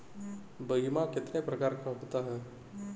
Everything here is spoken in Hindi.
बीमा कितने प्रकार का होता है?